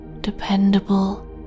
dependable